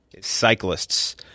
cyclists